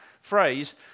phrase